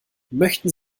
möchten